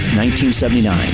1979